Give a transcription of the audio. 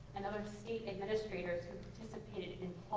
and other state administrators who participated and